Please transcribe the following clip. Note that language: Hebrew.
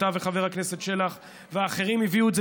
אתה וחבר הכנסת שלח ואחרים הביאו את זה